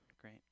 Great